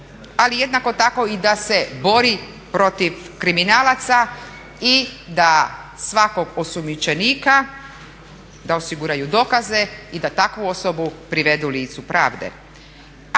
ali jednako tako i da se bori protiv kriminalaca i da svakog osumnjičenika da osiguraju dokaze i da takvu osobu privedu licu pravde.